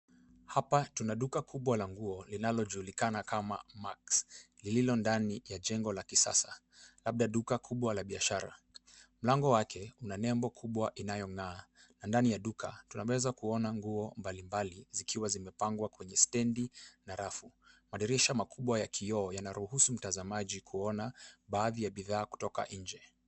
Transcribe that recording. Hapa tuna duka kubwa la nguo linalojulikana kama Max, lililo ndani ya jengo la kisasa, labda duka kubwa la biashara. Mlango wake una nembo kubwa inayong'aa, na ndani tunaweza kuona nguo mbalimbali zikiwa zimepangwa kwenye stendi na rafu. Madirisha makubwa ya kioo yanaruhusu mtazamaji kuona baadhi ya bidhaa kutoka nje.